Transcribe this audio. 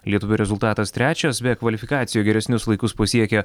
lietuvio rezultatas trečias vė kvalifikacijo geresnius laikus pasiekė